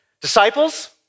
Disciples